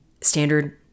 standard